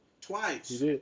twice